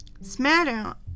Smatter